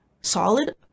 solid